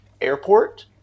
airport